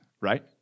right